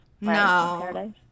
No